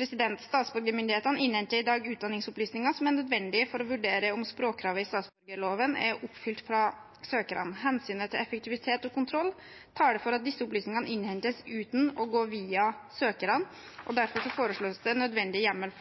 Statsborgermyndighetene innhenter i dag utdanningsopplysninger som er nødvendige for å vurdere om språkkravet i statsborgerloven er oppfylt av søkerne. Hensynet til effektivitet og kontroll taler for at disse opplysningene innhentes uten å gå via søkerne. Derfor foreslås det nødvendig hjemmel